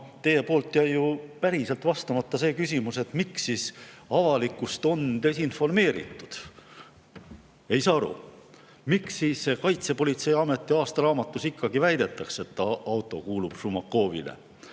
teil jäi ju päriselt vastamata küsimus, miks siis avalikkust on desinformeeritud. Ei saa aru, miks Kaitsepolitseiameti aastaraamatus ikkagi väidetakse, et auto kuulub Šumakovile.